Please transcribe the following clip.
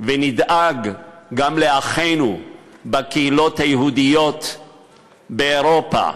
ונדאג גם לאחינו בקהילות היהודיות באירופה,